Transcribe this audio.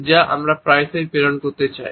যা আমরা প্রায়শই প্রেরণ করতে চাই